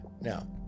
Now